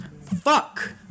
Fuck